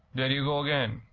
there you go again,